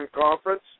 Conference